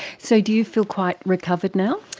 so do you feel quite recovered now?